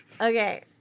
Okay